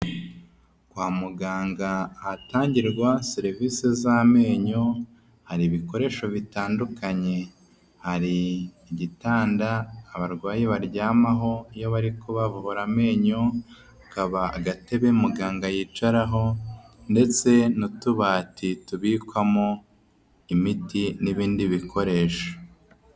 Kwa muganga, ahatangirwa serivisi z'amenyo hari ibikoresho bitandukanye: hari igitanda abarwayi baryamaho iyo bari kubavura amenyo, hakaba agatebe muganga yicaraho ndetse n'utubati tubikwamo imiti n'ibindi bikoresho.